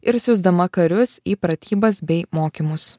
ir siųsdama karius į pratybas bei mokymus